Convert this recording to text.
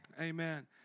Amen